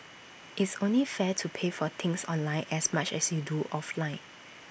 it's only fair to pay for things online as much as you do offline